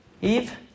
Eve